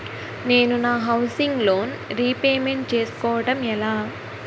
నేను నా housing loan repayment చేసుకోవటం ఎలా?